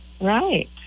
Right